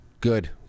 Good